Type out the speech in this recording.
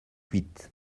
huit